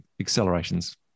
acceleration's